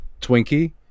Twinkie